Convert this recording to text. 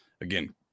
again